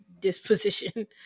disposition